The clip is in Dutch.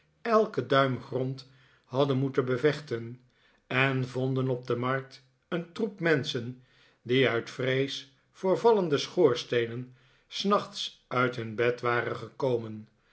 elken duim grond hadden moeten bevechten en voriden op de markt een troep menschen die uit vrees voor vallende schoorsteenen s nachts uit hun bed waren gekomen